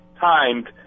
timed